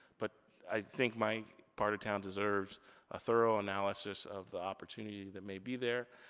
but i think my part of town deserves a thorough analysis of the opportunity that may be there.